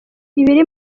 ibiri